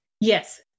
Yes